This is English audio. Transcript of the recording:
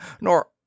nor—